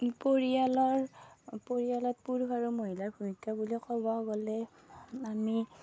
পৰিয়ালৰ পৰিয়ালত পুৰুষ আৰু মহিলাৰ ভূমিকা বুলি ক'বলৈ গ'লে আমি